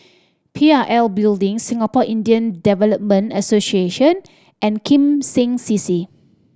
P I L Building Singapore Indian Development Association and Kim Seng C C